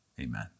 Amen